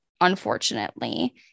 Unfortunately